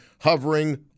hovering